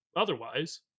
otherwise